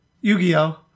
Yu-Gi-Oh